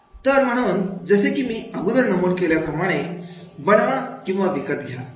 तर म्हणून जसे की मी अगोदर नमूद केल्याप्रमाणे बनवा किंवा विकत घ्या